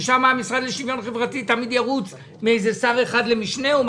ושם המשרד לשוויון חברתי תמיד ירוץ משר אחד למשנהו.